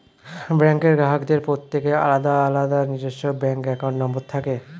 ব্যাঙ্কের গ্রাহকদের প্রত্যেকের আলাদা আলাদা নিজস্ব ব্যাঙ্ক অ্যাকাউন্ট নম্বর থাকে